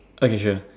okay sure